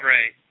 Right